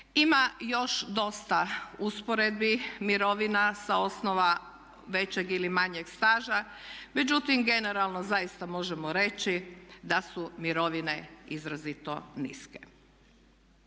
Ima još dosta usporedbi mirovina sa osnova većeg ili manjeg staža, međutim generalno zaista možemo reći da su mirovine izrazito niske.